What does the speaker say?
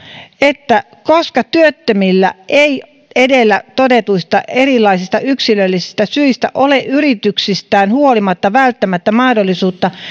että koska työttömillä ei edellä todetuista ja erilaisista yksilöllisistä syistä ole yrityksistään huolimatta välttämättä mahdollisuutta